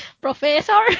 professor